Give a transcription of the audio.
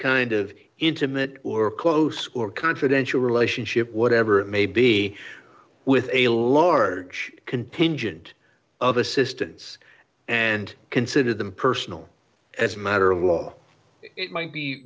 kind of intimate or close or confidential relationship whatever it may be with a large contingent of assistance and consider them personal as a matter of law it might be